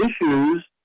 issues